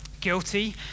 guilty